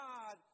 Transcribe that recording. God